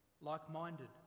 Like-minded